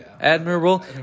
admirable